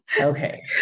Okay